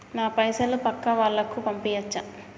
నా పైసలు పక్కా వాళ్ళకు పంపియాచ్చా?